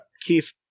Keith